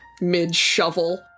mid-shovel